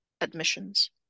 admissions